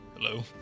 Hello